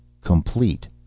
Complete